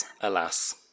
alas